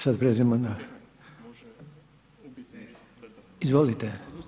Sada prelazimo na … [[Upadica se ne čuje.]] Izvolite.